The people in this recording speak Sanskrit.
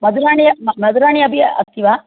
मधुराणि मधुराणि अपि अस्ति वा